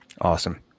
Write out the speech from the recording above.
awesome